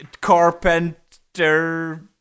carpenter